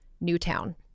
Newtown